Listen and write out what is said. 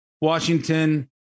Washington